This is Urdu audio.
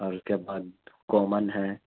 اور اس کے بعد کامن ہے